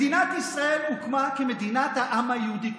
מדינת ישראל הוקמה כמדינת העם היהודי,